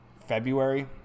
February